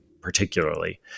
particularly